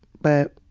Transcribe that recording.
but,